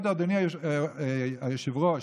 אדוני היושב-ראש,